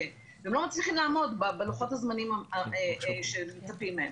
הם לא מצליחים לעמוד בלוחות הזמנים שמצפים מהם,